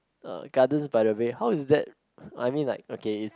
uh Gardens-by-the-Bay how is that I mean like okay if